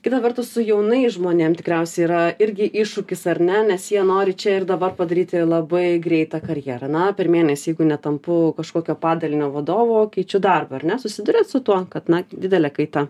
kita vertus su jaunais žmonėm tikriausiai yra irgi iššūkis ar ne nes jie nori čia ir dabar padaryti labai greitą karjerą na per mėnesį jeigu netampu kažkokio padalinio vadovu keičiu darbą ar ne susiduriat su tuo kad na didelė kaita